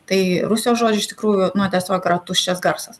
tai rusijos žodžiai iš tikrųjų na tiesiog yra tuščias garsas